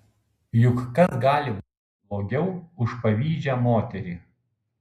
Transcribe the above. juk kas gali būti blogiau už pavydžią moterį